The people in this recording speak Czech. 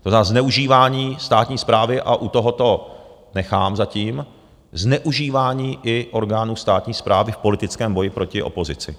To znamená zneužívání státní správy, a u tohoto nechám zatím, zneužívání i orgánů státní správy politickém boji proti opozici.